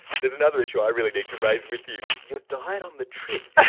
there's another issue i really need to raise with you your diet on the trip.